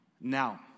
now